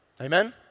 Amen